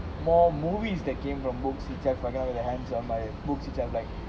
more movies that came from books which I forgot their hands on my books itself like